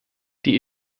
die